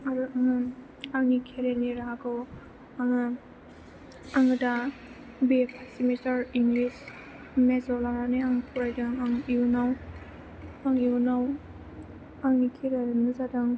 आरो आं आंनि केरियारनि राहाखौ आङो दा बे इंलिस मेजर लानानै आं फरायदों आंनि इयुनाव आंनि केरियारानो जादों